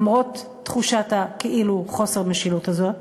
למרות תחושת הכאילו חוסר משילות הזה,